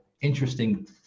interesting